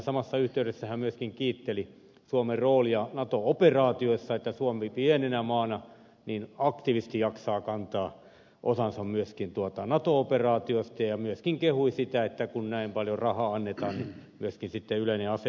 samassa yhteydessä hän myöskin kiitteli suomen roolia nato operaatioissa että suomi pienenä maana niin aktiivisesti jaksaa kantaa osansa myöskin nato operaatioista ja myöskin kehui sitä että kun näin paljon rahaa annetaan niin myöskin sitten yleinen asevelvollisuus ja maata kattava puolustuskin turvataan